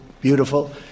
beautiful